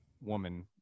woman